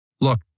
Look